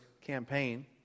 campaign